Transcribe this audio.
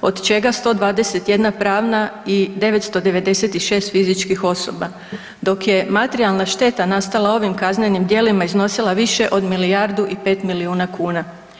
od čega 121 pravna i 996 fizičkih osoba dok je materijalna šteta nastala ovim kaznenim djelima iznosila više od milijardu i 5 miliona kuna.